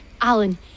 Alan